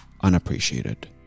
unappreciated